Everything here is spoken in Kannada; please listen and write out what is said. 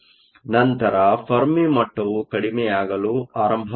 ನಂತರ ಫೆರ್ಮಿ ಮಟ್ಟವು ಕಡಿಮೆಯಾಗಲು ಆರಂಭವಾಗುತ್ತದೆ